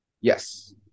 Yes